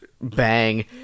bang